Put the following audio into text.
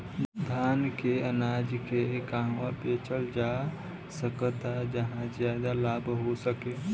धान के अनाज के कहवा बेचल जा सकता जहाँ ज्यादा लाभ हो सके?